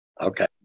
Okay